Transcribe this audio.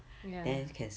ya